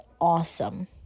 awesome